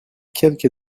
quelques